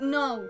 no